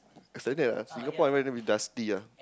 it's like that ah Singapore everytime a bit dusty ah